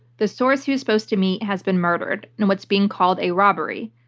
the source he was supposed to meet has been murdered in what's being called a robbery.